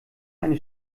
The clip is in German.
eine